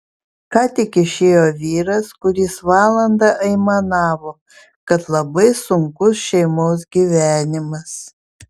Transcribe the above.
ką tik išėjo vyras kuris valandą aimanavo kad labai sunkus šeimos gyvenimas